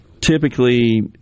typically